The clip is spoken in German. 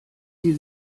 sie